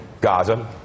Gaza